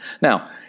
Now